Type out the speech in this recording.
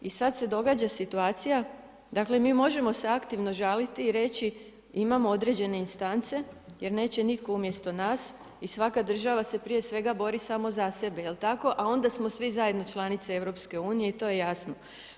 I sada se događa situacija, dakle, mi možemo se aktivno žaliti i reći, imamo određene instance, jer neće nitko umjesto nas i svaka država se prije svega bori samo za sebe, jel tako, a onda smo svi zajedno članica EU i to je jasno.